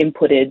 inputted